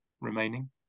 remaining